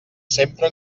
sempre